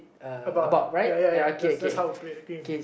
about ya ya ya that's that's how we play the game